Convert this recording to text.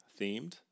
themed